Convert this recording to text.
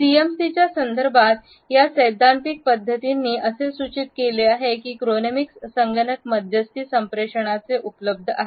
सीएमसीच्या संदर्भात या सैद्धांतिक पध्दतींनी असे सूचित केले आहे की क्रोनेमिक्स संगणक मध्यस्थी संप्रेषणात उपलब्ध आहे